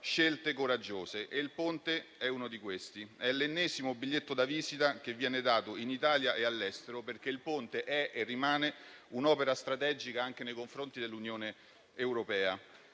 scelte coraggiose e il Ponte è una di queste. È l'ennesimo biglietto da visita che viene dato in Italia e all'estero, perché il Ponte è e rimane un'opera strategica anche nei confronti dell'Unione europea.